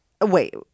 Wait